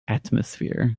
atmosphere